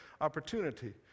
opportunity